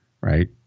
right